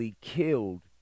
killed